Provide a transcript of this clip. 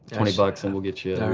twenty bucks and we'll get ya